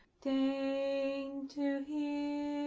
deign to hear